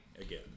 again